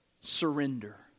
surrender